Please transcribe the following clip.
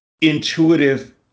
intuitive